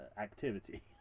activity